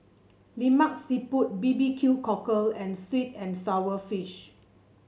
Lemak Siput B B Q Cockle and sweet and sour fish